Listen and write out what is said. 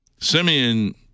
Simeon